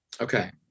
okay